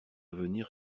venir